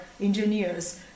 engineers